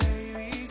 Baby